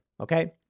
Okay